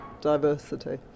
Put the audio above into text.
diversity